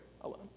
alone